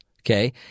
Okay